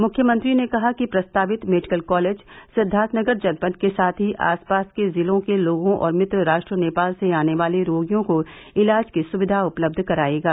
मुख्यमंत्री ने कहा कि प्रस्तावित मेडिकल कॉलेज सिद्वार्थनगर जनपद के साथ ही आसपास के जिलों के लोगों और मित्र राष्ट्र नेपाल से आने वाले रोगियों को इलाज की सुविधा उपलब्ध करायेगा